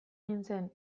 nintzen